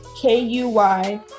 K-U-Y